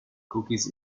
cookies